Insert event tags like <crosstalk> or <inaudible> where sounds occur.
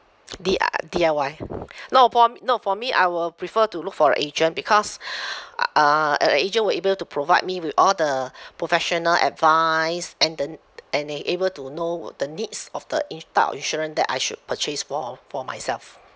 <noise> D uh D_I_Y no for no for me I will prefer to look for a agent because <breath> uh uh a agent will able to provide me with all the professional advice and the and they able to know the needs of the ins~ type of insurance that I should purchase for for myself